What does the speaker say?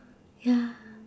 ya